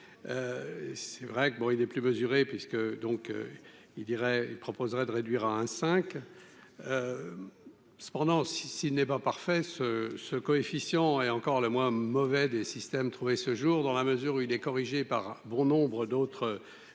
c'est vrai que bon, il est plus mesuré, puisque donc il dirait il proposerait de réduire à 1 5 cependant si s'il n'est pas parfait ce ce coefficient est encore le moins mauvais des systèmes, trouver ce jour dans la mesure où il est corrigé par bon nombre d'autres systèmes,